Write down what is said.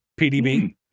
PDB